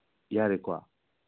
ꯌꯥꯔꯦꯀꯣ